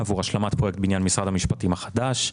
עבור השלמת פרויקט בניין משרד המשפטים החדש,